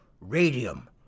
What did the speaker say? radium